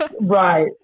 Right